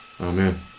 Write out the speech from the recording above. Amen